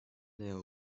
näher